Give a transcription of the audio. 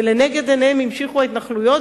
ולנגד עיניהם המשיכו ההתנחלויות,